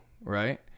right